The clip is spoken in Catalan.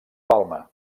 palma